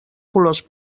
colors